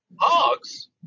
hogs